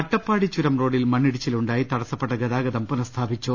അട്ടപ്പാടി ചുരം റോഡിൽ മണ്ണിടിച്ചിലുണ്ടായി തടസ്സപ്പെട്ട ഗതാ ഗതം പുനസ്ഥാപിച്ചു